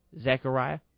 Zechariah